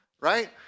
right